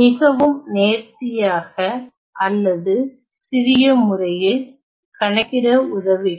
மிகவும் நேர்த்தியாக அல்லது சிறிய முறையில் கணக்கிட உதவுகிறது